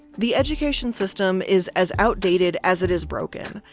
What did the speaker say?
the education system is as outdated as it is broken.